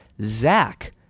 Zach